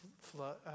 flood